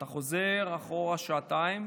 אתה חוזר אחורה שעתיים,